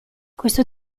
questo